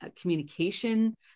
communication